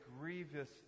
grievous